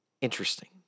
Interesting